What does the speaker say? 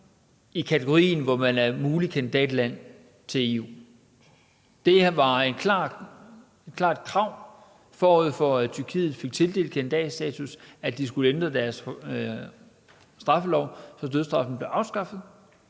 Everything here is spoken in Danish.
i kategorien som muligt kandidatland til EU. Det var et klart krav, forud for at Tyrkiet fik tildelt kandidatstatus, at de skulle ændre deres straffelov, så dødsstraffen blev afskaffet.